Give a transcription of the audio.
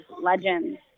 legends